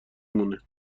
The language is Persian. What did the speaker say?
مونه